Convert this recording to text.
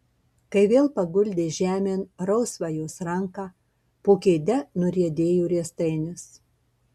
kai vėl paguldė žemėn rausvą jos ranką po kėde nuriedėjo riestainis